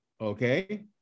Okay